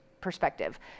perspective